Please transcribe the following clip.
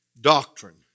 doctrine